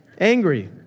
angry